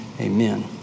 Amen